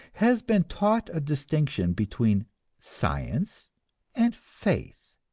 has been taught a distinction between science and faith.